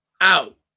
out